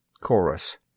Chorus